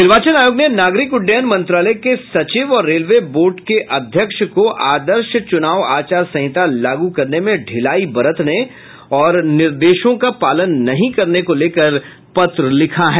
निर्वाचन आयोग ने नागरिक उड्डयन मंत्रालय के सचिव और रेलवे बोर्ड के अध्यक्ष को आदर्श चुनाव आचार संहिता लागू करने में ढिलाई बरतने और निर्देशों का पालन नहीं करने को लेकर पत्र लिखा है